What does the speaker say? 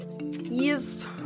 Yes